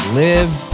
live